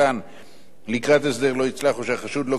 לקראת הסדר לא יצלח או שהחשוד לא קיים את תנאי ההסדר,